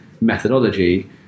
methodology